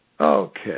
okay